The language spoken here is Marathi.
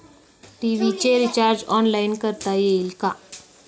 टी.व्ही चे रिर्चाज ऑनलाइन करता येईल का?